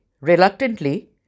reluctantly